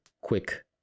quick